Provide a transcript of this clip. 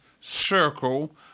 circle